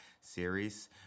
series